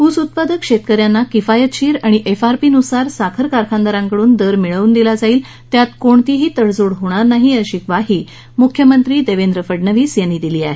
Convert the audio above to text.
ऊस उत्पादक शेतकऱ्यांना किफायतशीर आणि एफ आर पी नुसार साखर कारखानदारांकडून दर मिळवून दिला जाईल यामध्ये कोणतीही तडजोड केली जाणार नाही अशी ग्वाही मुख्यमंत्री देवेंद्र फडनवीस यांनी दिली आहे